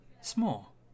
Small